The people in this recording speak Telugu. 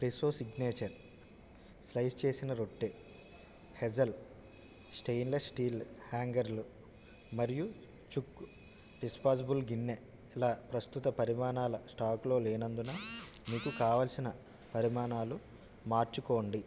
ఫ్రెషో సిగ్నేచర్ స్లైస్ చేసిన రొట్టె హేజల్ స్టేయిన్లెస్ స్టీల్ హ్యాంగర్లు మరియు చూక్ డిస్పొసబుల్ గిన్నెల ప్రస్తుత పరిమాణాలు స్టాకులో లేనందున మీకు కావలసిన పరిమాణాలు మార్చుకోండి